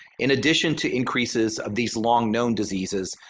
in addition to increases of these long known diseases,